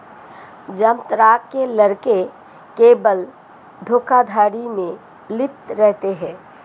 जामतारा के लड़के केवल धोखाधड़ी में लिप्त रहते हैं